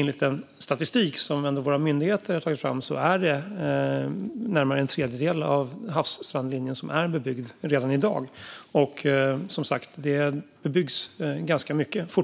Enligt den statistik som våra myndigheter har tagit fram är det närmare en tredjedel av havsstrandlinjen som är bebyggd redan i dag. Och, som sagt, det byggs fortfarande ganska mycket